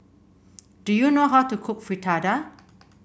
do you know how to cook Fritada